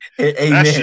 Amen